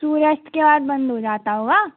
सूर्यास्त के बाद बंद हो जाता होगा